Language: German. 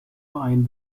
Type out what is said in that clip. verein